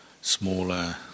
smaller